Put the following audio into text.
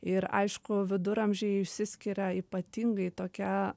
ir aišku viduramžiai išsiskiria ypatingai tokia